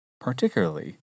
particularly